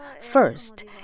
First